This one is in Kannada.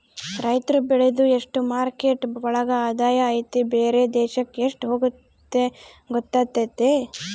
ರೈತ್ರು ಬೆಳ್ದಿದ್ದು ಎಷ್ಟು ಮಾರ್ಕೆಟ್ ಒಳಗ ಆದಾಯ ಐತಿ ಬೇರೆ ದೇಶಕ್ ಎಷ್ಟ್ ಹೋಗುತ್ತೆ ಗೊತ್ತಾತತೆ